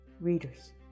Readers